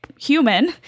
human